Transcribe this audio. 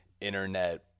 internet